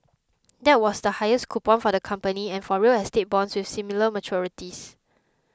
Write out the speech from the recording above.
that was the highest coupon for the company and for real estate bonds with similar maturities